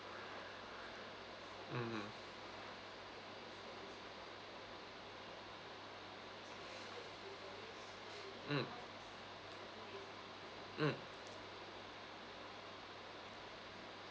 mm mm mm